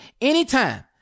anytime